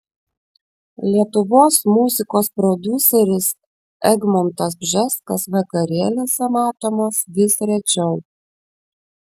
lietuvos muzikos prodiuseris egmontas bžeskas vakarėliuose matomas vis rečiau